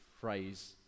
phrase